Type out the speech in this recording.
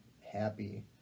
happy